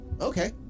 Okay